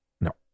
no